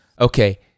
okay